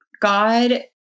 God